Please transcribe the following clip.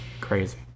crazy